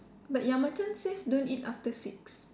but ya don't eat after six